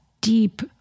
deep